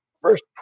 First